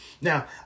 Now